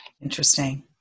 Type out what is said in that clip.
Interesting